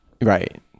right